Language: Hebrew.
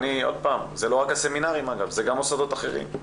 אגב, אלה לא רק הסמינרים אלא גם מוסדות אחרים.